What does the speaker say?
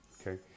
Okay